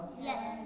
Yes